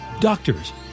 Doctors